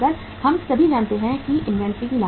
हम सभी जानते हैं कि इन्वेंट्री की लागत क्या है